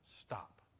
stop